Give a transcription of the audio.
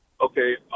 Okay